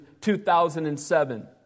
2007